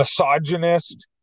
misogynist